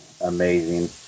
amazing